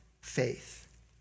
faith